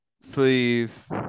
sleeve